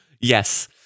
Yes